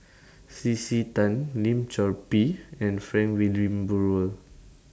C C Tan Lim Chor Pee and Frank Wilmin Brewer